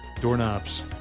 Doorknobs